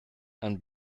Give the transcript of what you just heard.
and